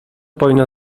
powinno